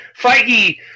Feige